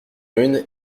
une